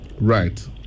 Right